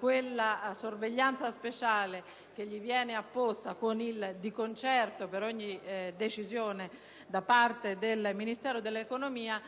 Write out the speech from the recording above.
dalla sorveglianza speciale (che gli viene apposta con l'espressione «di concerto» per ogni decisione) del Ministero dell'economia